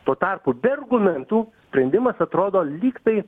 tuo tarpu be argumentų sprendimas atrodo lyg tai